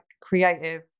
creative